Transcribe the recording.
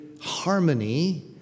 harmony